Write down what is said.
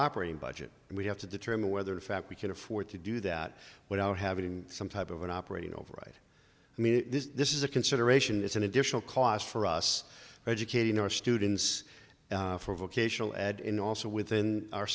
operating budget and we have to determine whether in fact we can afford to do that without having some type of an operating override i mean this is a consideration it's an additional cost for us educating our students for vocational ed in also within our